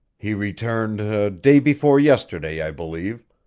he returned day before yesterday, i believe.